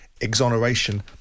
exoneration